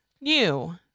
new